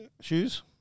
Shoes